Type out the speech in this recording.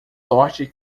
sorte